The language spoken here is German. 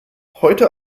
heute